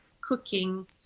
cooking